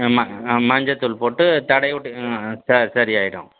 ஆமாம் மஞ்சள் தூள் போட்டு தடவி விட்டுக்கோங்க ச சரியாயிடும்